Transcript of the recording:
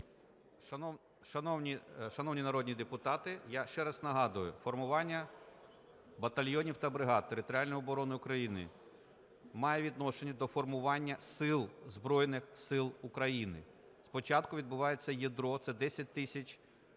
Шановні народні депутати, я ще раз нагадую: формування батальйонів та бригад територіальної оборони України має відношення до формування сил – Збройних Сил України. Спочатку відбувається ядро – це 10 тисяч